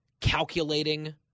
calculating